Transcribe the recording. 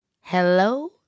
hello